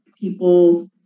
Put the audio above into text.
people